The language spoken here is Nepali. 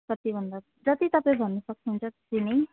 कति भन्दा जति तपाईँ भन्नु सक्नुहुन्छ त्यति नै